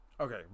Okay